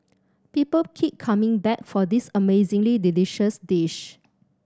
people keep coming back for this amazingly delicious dish